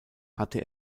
hatte